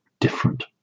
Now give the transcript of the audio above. different